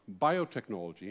Biotechnology